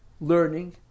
learning